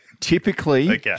Typically